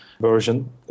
version